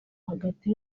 hagati